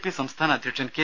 P സംസ്ഥാന അധ്യക്ഷൻ K